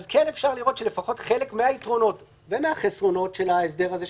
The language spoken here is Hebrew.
כן אפשר לראות שלפחות חלק מהיתרונות ומהחסרונות של ההסדר הזה,